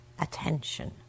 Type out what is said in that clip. attention